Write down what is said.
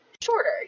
shorter